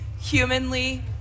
humanly